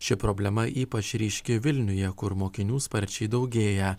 ši problema ypač ryški vilniuje kur mokinių sparčiai daugėja